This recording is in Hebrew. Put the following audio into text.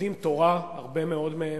יודעים תורה, הרבה מאוד מהם,